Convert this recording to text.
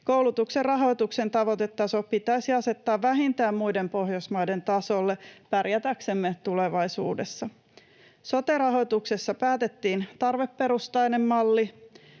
Koulutuksen rahoituksen tavoitetaso pitäisi asettaa vähintään muiden Pohjoismaiden tasolle pärjätäksemme tulevaisuudessa. Sote-rahoituksessa päätettiin tarveperustainen malli.